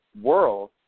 world